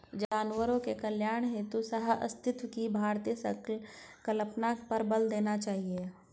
जानवरों के कल्याण हेतु सहअस्तित्व की भारतीय संकल्पना पर बल देना चाहिए